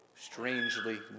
strangely